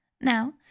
Now